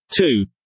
Two